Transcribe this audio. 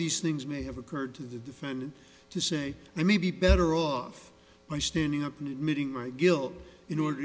these things may have occurred to the defendant to say i may be better off by standing up and admitting my guilt in order to